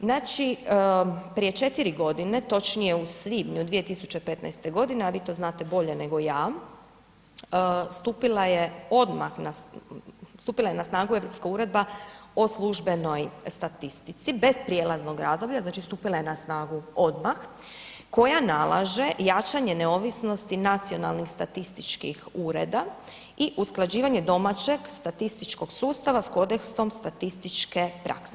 Znači prije 4 godine, točnije u svibnju 2015. godine a vi to znate bolje nego ja stupila je na snagu Europska uredba o službenoj statistici, bez prijelaznog razdoblja, znači stupila je na snagu odmah koja nalaže jačanje neovisnosti nacionalnih statističkih ureda i usklađivanje domaćeg statističkog sustava s kodeksom statističke prakse.